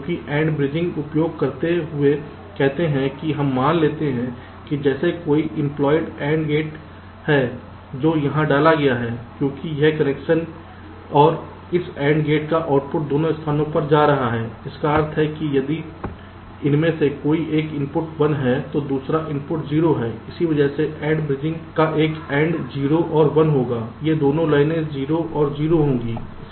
क्योंकि AND bridging उपयोग करते हुए कहते हैं कि हम मान लेते हैं कि जैसे कोई इम्प्लॉइड AND गेट है जो यहां डाला गया है क्योंकि इस कनेक्शन और इस AND गेट का आउटपुट दोनों स्थानों पर जा रहा है जिसका अर्थ है कि यदि इनमें से कोई एक इनपुट 1 है तो दूसरा इनपुट 0 है इस वजह से AND ब्रिजिंग का एक AND 0 और 1 होगा ये दोनों लाइनें 0 और 0 होंगी